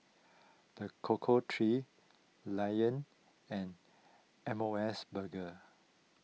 the Cocoa Trees Lion and M O S Burger